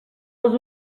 les